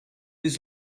his